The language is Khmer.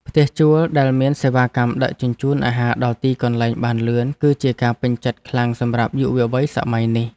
ផ្ទះជួលដែលមានសេវាកម្មដឹកជញ្ជូនអាហារដល់ទីកន្លែងបានលឿនគឺជាការពេញចិត្តខ្លាំងសម្រាប់យុវវ័យសម័យនេះ។